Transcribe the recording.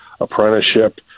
apprenticeship